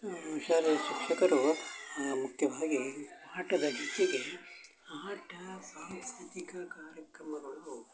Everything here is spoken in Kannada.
ಶಾಲೇಲ್ಲಿ ಶಿಕ್ಷಕರು ಮುಖ್ಯವಾಗಿ ಪಾಠದ ಜೊತೆಗೆ ಆಟ ಸಾಂಸ್ಕೃತಿಕ ಕಾರ್ಯಕ್ರಮಗಳು